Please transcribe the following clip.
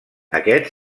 aquest